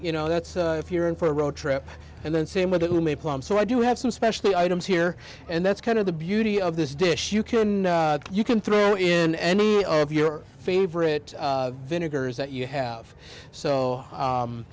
you know that's if you're in for a road trip and then same with whom a plum so i do have some specially items here and that's kind of the beauty of this dish you can you can throw in any of your favorite vinegars that you have so